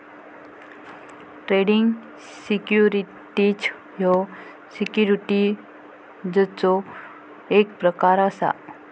trading securities ह्यो सिक्युरिटीजचो एक प्रकार असा